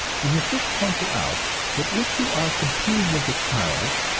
we have just pointed out that if you are competing with a child,